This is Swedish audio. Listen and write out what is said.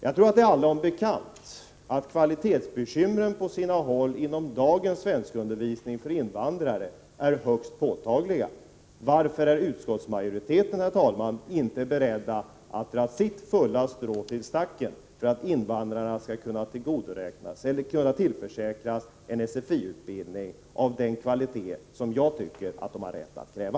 Jag tror att det är allom bekant att kvalitetsbekymren på sina håll inom dagens svenskundervisning för invandrare är högst påtagliga. Varför, herr talman, är inte utskottsmajoriteten beredd att dra sitt strå till stacken för att invandrarna skall kunna tillförsäkras en SFI-utbildning av den kvalitet som jag tycker att de har rätt att kräva?